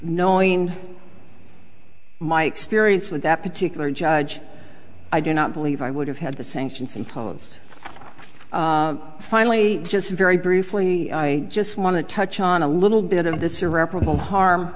knowing my experience with that particular judge i do not believe i would have had the sanctions imposed finally just very briefly i just want to touch on a little bit of this irreparable harm